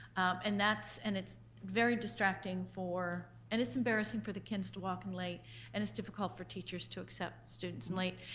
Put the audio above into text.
and and it's very distracting for. and it's embarrassing for the kids to walk in late and it's difficult for teachers to accept students and late.